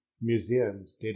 museums